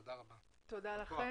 תודה לכולם,